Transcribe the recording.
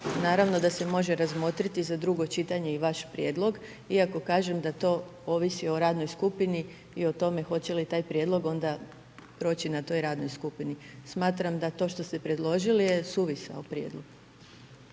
Naravno da se može razmotriti za drugo čitanje i vaš prijedlog, iako kažem da to ovisi o radnoj skupini i o tome hoće li taj prijedlog onda proći na toj radnoj skupini. Smatram da to što ste predložiti je suvisao prijedlog.